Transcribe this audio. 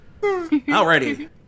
Alrighty